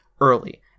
early